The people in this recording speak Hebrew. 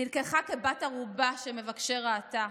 נלקחה כבת ערובה של מבקשי רעתה,